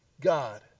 God